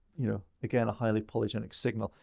you know, again a highly polygenic signal.